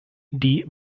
die